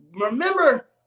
remember